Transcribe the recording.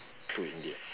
to India